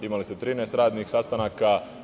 Imali ste 13 radnih sastanaka.